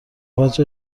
وجه